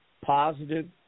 positive